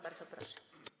Bardzo proszę.